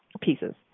pieces